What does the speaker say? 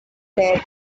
bed